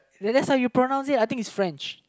that that's how you pronounce it I think it's French